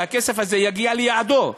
שהכסף הזה יגיע לייעודו.